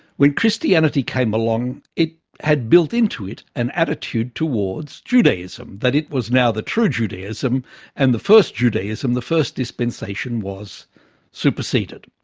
when christianity came along it had built into it an attitude towards judaism, that it was now the true judaism and the first judaism, the first dispensation was superseded.